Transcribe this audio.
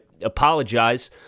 apologize